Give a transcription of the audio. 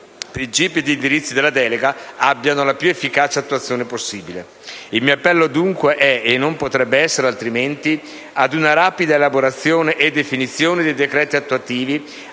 principi e indirizzi della delega abbiano la più efficace attuazione possibile. Il mio appello, dunque, è - e non potrebbe essere altrimenti - di procedere ad una rapida elaborazione e definizione dei decreti relativi